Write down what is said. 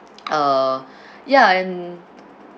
uh ya and